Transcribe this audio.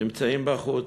נמצאים בחוץ.